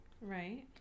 Right